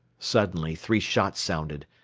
suddenly, three shots sounded.